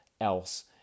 else